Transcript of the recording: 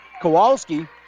Kowalski